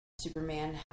Superman